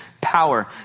power